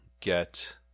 get